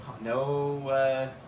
no